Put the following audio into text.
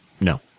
No